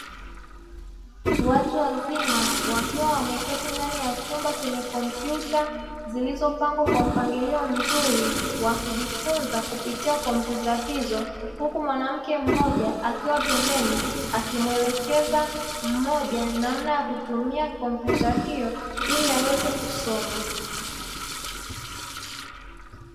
Watu wazima wakiwa wameketi ndani ya chumba chenye kompyuta zilizopangwa kwa mpangilio mzuri wakijifunza kupitia kompyuta hizo, huku mwanamke mmoja akiwa pembeni akimwelekeza mmoja namna ya kutumia kompyuta hiyo ili aweze kusoma.